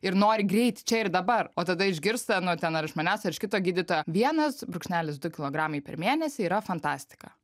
ir nori greit čia ir dabar o tada išgirsta nu ten ar iš manęs ar iš kito gydytojo vienas brūkšnelis du kilogramai per mėnesį yra fantastika